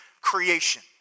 creation